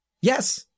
Yes